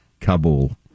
Kabul